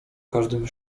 każdym